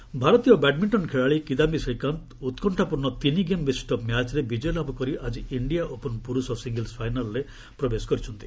badminton ଭାରତୀୟ badminton ଖେଳାଳି କିଦାୟୀ ଶ୍ରୀକାନ୍ତ ଉତ୍କଣ୍ଣାପୂର୍ଣ୍ଣ ତିନି ଗେମ୍ ବିଶିଷ୍ଟ ମ୍ୟାଚ୍ରେ ବିଜୟ ଲାଭ କରି ଆଜି ଇଣ୍ଡିଆ ଓପନ୍ ପ୍ରର୍ଷ ସିଙ୍ଗଲ୍ସ ଫାଇନାଲ୍ରେ ପ୍ରବେଶ କରିଛନ୍ତି